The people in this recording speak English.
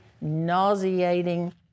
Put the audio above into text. nauseating